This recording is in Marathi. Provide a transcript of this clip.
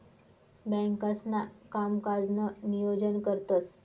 बँकांसणा कामकाजनं नियोजन करतंस